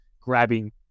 grabbing